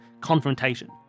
confrontation